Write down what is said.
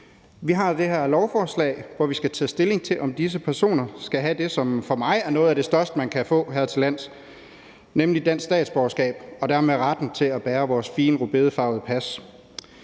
Vi har det her lovforslag, hvor vi skal tage stilling til, om disse personer skal have det, som for mig er noget af det største, man kan få her til lands, nemlig et dansk statsborgerskab og dermed retten til at bære vores fine rødbedefarvede pas.